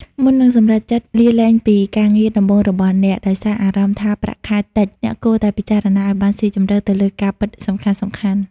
មុននឹងសម្រេចចិត្តលាលែងពីការងារដំបូងរបស់អ្នក ដោយសារអារម្មណ៍ថាប្រាក់ខែតិច អ្នកគួរតែពិចារណាឲ្យបានស៊ីជម្រៅទៅលើការពិតសំខាន់ៗ។